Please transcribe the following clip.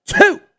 two